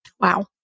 Wow